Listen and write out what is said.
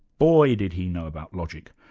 boy, did he know about logic!